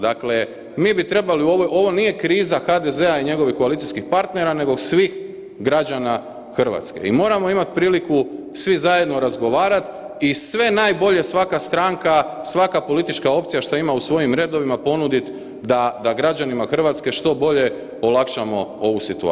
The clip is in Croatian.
Dakle, mi bi trebali, ovo nije kriza HDZ-a i njegovih koalicijskih partnera nego svih građana Hrvatske i moramo imati priliku svi zajedno razgovarati i sve najbolje, svaka stranka, svaka politička opcija šta ima u svojim redovima ponuditi da građanima Hrvatske što bolje olakšamo ovu situaciju.